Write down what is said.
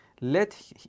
Let